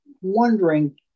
wondering